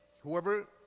whoever